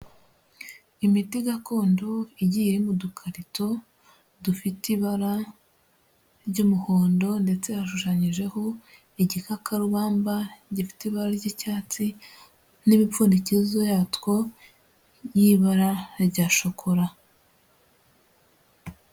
Imiti gakondo igiye iri mu dukarito, dufite ibara ry'umuhondo ndetse hashushanyijeho igikakarubamba gifite ibara ry'icyatsi n'ibipfundikizo yatwo y'ibara rya shokora.